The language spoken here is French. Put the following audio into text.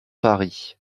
paris